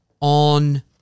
on